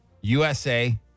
USA